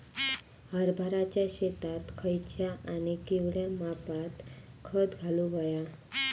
हरभराच्या शेतात खयचा आणि केवढया मापात खत घालुक व्हया?